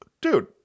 Dude